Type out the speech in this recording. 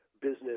business